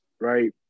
right